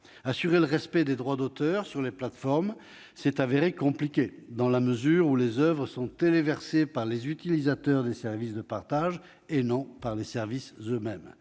Assurer le respect des droits d'auteur sur les plateformes s'est avéré compliqué dans la mesure où les oeuvres sont téléversées par les utilisateurs des services de partage et non par les services eux-mêmes.